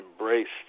embraced